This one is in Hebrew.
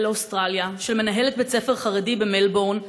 לאוסטרליה של מנהלת בית-ספר חרדי במלבורן,